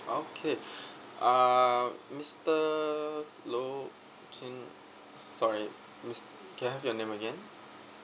okay uh mister loh ken sorry mis~ can I have your name again